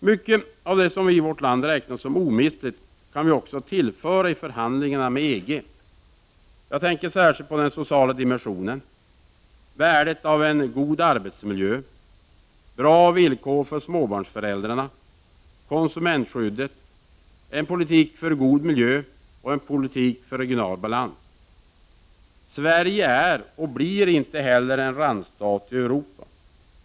Mycket av det som vi i vårt land räknar som omistligt kan vi också tillföra i förhandlingarna med EG. Jag tänker särskilt på den sociala dimensionen; värdet av god arbetsmiljö, bra villkor för småbarnsföräldrarna, konsumentskyddet, en politik för god miljö och en politik för regional balans. Sverige är och blir inte heller en randstat i Europa.